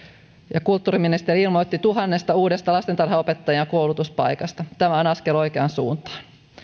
ja kulttuuriministeri ilmoittivat tuhannesta uudesta lastentarhanopettajan koulutuspaikasta tämä on askel oikeaan suuntaan